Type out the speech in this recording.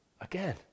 Again